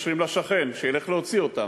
מתקשרים לשכן שילך להוציא אותם,